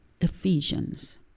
Ephesians